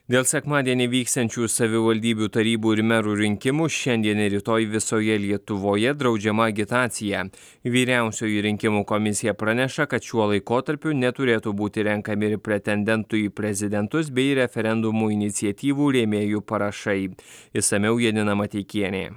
dėl sekmadienį vyksiančių savivaldybių tarybų ir merų rinkimų šiandien ir rytoj visoje lietuvoje draudžiama agitacija vyriausioji rinkimų komisija praneša kad šiuo laikotarpiu neturėtų būti renkami pretendentų į prezidentus bei referendumų iniciatyvų rėmėjų parašai išsamiau janina mateikienė